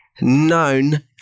known